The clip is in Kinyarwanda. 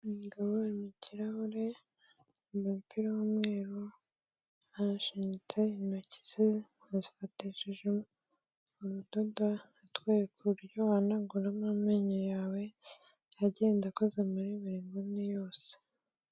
Umugabo wirebera mu kirahure, yambaye umupira w'umweru, arashinyitse, intoki ze azifatishije urudodo, atwereka uburyo wahanaguramo amenyo yawe, agenda akoza muri buri nguni yose.